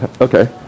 Okay